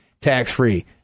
tax-free